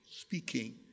speaking